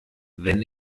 wenn